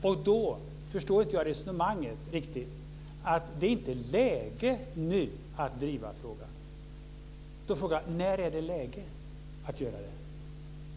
Jag förstår inte riktigt resonemanget att det inte är läge att driva frågan nu. Då är frågan: När är det läge att göra det?